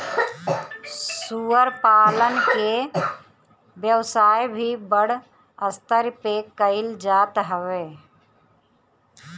सूअर पालन के व्यवसाय भी बड़ स्तर पे कईल जात हवे